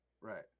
right